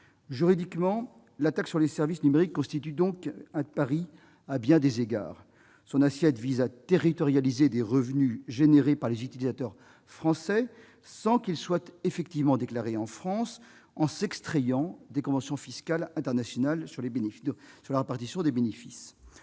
Juridiquement, la taxe sur les services numériques constitue un pari à bien des égards : son assiette vise à territorialiser des revenus générés par les utilisateurs français sans qu'ils soient effectivement déclarés en France, en s'extrayant des conventions fiscales internationales de répartition des bénéfices.